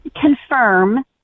confirm